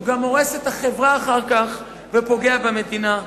הוא גם הורס את החברה ופוגע במדינה.